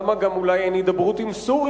למה גם אולי אין הידברות עם סוריה,